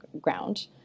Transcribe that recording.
ground